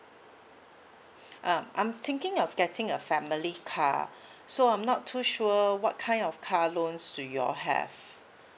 uh I'm thinking of getting a family car so I'm not too sure what kind of car loans do you all have